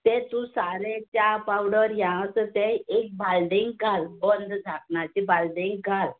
तें तूं सारें चाव पावडर हें आसा तें एक बालदेन घाल बंद धापणाचें बादेंक घाल